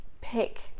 pick